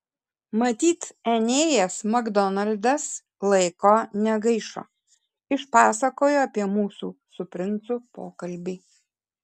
matyt enėjas makdonaldas laiko negaišo išpasakojo apie mūsų su princu pokalbį